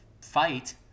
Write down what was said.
fight